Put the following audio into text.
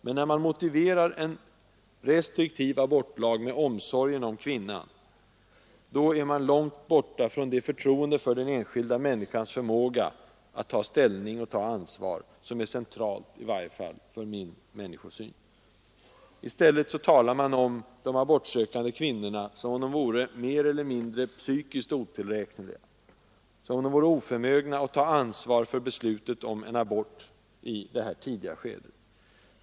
Men när man motiverar en restriktiv abortlag med omsorgen om kvinnan, då är man långt borta från det förtroende för den enskilda människans förmåga att ta ställning och ta ansvar som är centralt, i varje fall för min människosyn. I stället talar man om de abortsökande kvinnorna som om de vore mer eller mindre psykiskt otillräkneliga, som om de vore oförmögna att ta ansvar för beslutet om en abort i det här tidiga skedet.